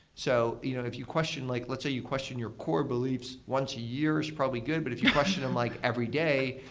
so you know if you question like let's say you question your core beliefs, once a year is probably good, but if you question them like every day,